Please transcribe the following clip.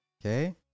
Okay